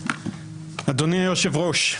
אדוני היושב ראש,